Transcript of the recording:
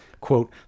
quote